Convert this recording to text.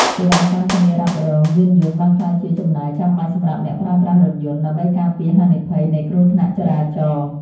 សេវាកម្មធានារ៉ាប់រងយានយន្តបានក្លាយជាចំណាយចាំបាច់សម្រាប់អ្នកប្រើប្រាស់រថយន្ត ដើម្បីការពារហានិភ័យនៃគ្រោះថ្នាក់ចរាចរណ៍។